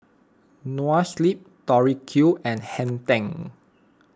Noa Sleep Tori Q and Hang ten